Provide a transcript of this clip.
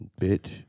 Bitch